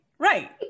Right